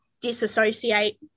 disassociate